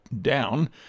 down